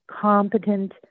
competent